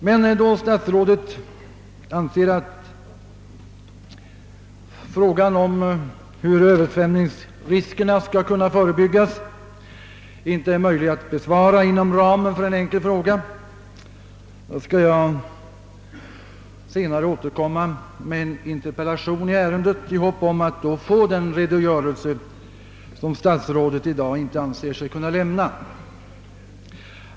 Men då statsrådet anser att frågan om hur översvämningsriskerna skall kunna förebyggas inte är möjlig att besvara inom ramen för en enkel fråga, skall jag senare återkomma med en interpellation i ärendet i hopp om att då få den redogörelse som statsrådet i dag inte anser sig kunna lämna.